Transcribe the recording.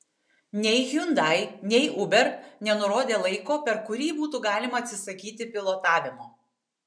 nei hyundai nei uber nenurodė laiko per kurį būtų galima atsisakyti pilotavimo